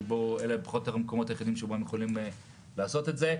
שאלה פחות או יותר המקומות היחידים שרובם יכולים לעשות את זה.